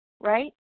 right